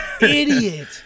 Idiot